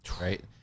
Right